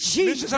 Jesus